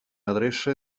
adreça